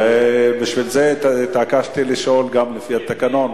ולכן התעקשתי לשאול גם לפי התקנון,